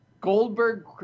Goldberg